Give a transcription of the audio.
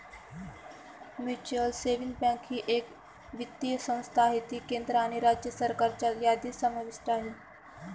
mutual savings bank ही एक वित्तीय संस्था आहे जी केंद्र आणि राज्य सरकारच्या यादीत समाविष्ट आहे